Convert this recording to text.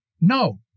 No